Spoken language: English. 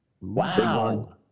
Wow